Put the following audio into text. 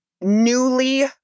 newly